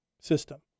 system